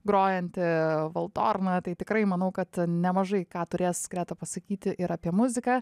grojanti valtorna tai tikrai manau kad nemažai ką turės greta pasakyti ir apie muziką